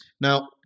Now